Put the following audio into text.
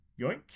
yoink